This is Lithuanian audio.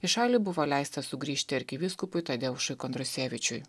į šalį buvo leista sugrįžti arkivyskupui tadeušui kondrusevičiui